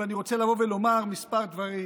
ואני רוצה לומר כמה דברים.